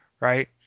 right